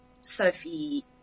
Sophie